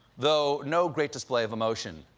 though no great display of emotion.